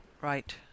right